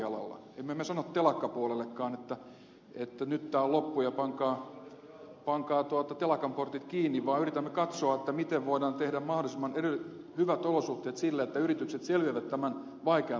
emme me sano telakkapuolellekaan että nyt tämä on loppu ja pankaa telakan portit kiinni vaan yritämme katsoa miten voidaan tehdä mahdollisimman hyvät olosuhteet sille että yritykset selviävät tämän vaikean taantuman ylitse